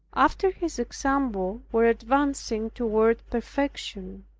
after his example, were advancing toward perfection.